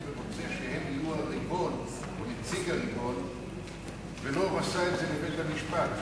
רוצה שהם יהיו הריבון או נציג הריבון ולא מסר את זה לבית-המשפט.